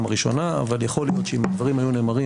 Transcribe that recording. הראשונה אבל יכול להיות שאם הדברים היו נאמרים